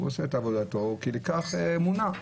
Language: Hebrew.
הוא עושה את עבודתו כי לכך הוא מונה.